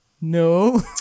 No